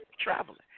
traveling